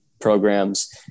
programs